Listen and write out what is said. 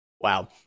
Wow